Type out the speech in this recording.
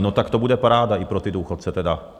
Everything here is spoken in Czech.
No tak to bude paráda i pro ty důchodce tedy.